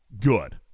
good